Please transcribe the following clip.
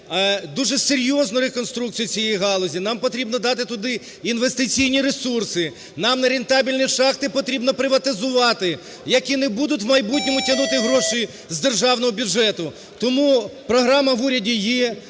дуже серйозну реконструкцію цієї галузі, нам потрібно дати туди інвестиційні ресурси, нам нерентабельні шахти потрібно приватизувати, які не будуть в майбутньому тягнути гроші з державного бюджету. Тому програма в уряді є,